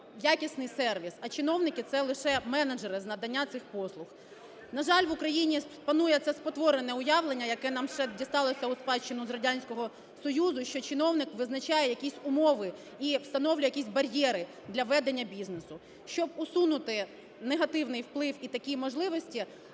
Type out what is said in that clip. якісний сервіс, а чиновники це лише менеджери з надання цих послуг. На жаль, в Україні панує це спотворене уявлення, яке нам ще дісталося у спадщину з Радянського Союзу, що чиновник визначає якісь умови і встановлює якісь бар'єри для ведення бізнесу. Щоб усунути негативний вплив і такі можливості,